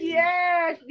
yes